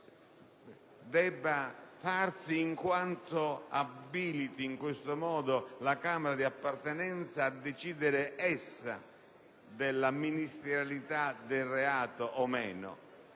debba farsi in quanto abiliti in questo modo la Camera di appartenenza a decidere essa della ministerialità o meno